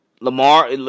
Lamar